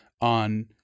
on